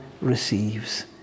receives